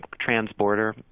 trans-border